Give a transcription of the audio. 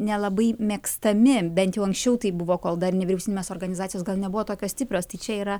nelabai mėgstami bent jau anksčiau taip buvo kol dar nevyriausybinės organizacijos gal nebuvo tokios stiprios tai čia yra